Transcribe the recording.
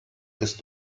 ist